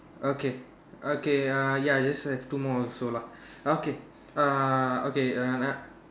okay okay uh ya it's just I have two more also lah okay uh okay uh nah